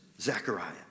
Zechariah